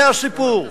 זה הסיפור,